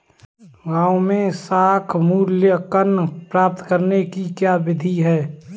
गाँवों में साख मूल्यांकन प्राप्त करने की क्या विधि है?